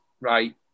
Right